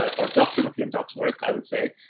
ah or dr mcclintock's work, i would say.